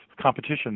competition